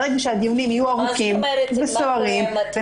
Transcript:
ברגע שהדיונים יהיו ארוכים וסוערים,